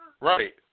Right